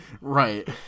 right